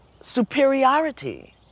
Superiority